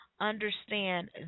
understand